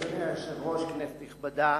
אדוני היושב-ראש, כנסת נכבדה,